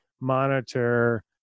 monitor